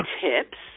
tips